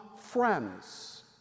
friends